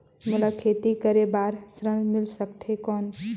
मोला खेती करे बार ऋण मिल सकथे कौन?